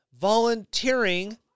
volunteering